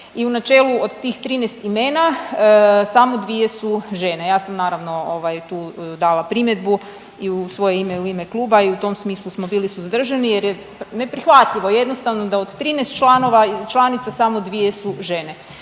I u načelu od tih 13 imena samo 2 su žene. Ja sam naravno ovaj tu dala primjedbu i u svoje ime i u ime kluba i u tom smislu smo bili suzdržani jer je neprihvatljivo jednostavno da od 13 članova i članica samo 2 su žene.